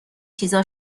چیزا